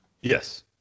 Yes